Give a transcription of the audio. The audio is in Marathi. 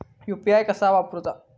यू.पी.आय कसा वापरूचा?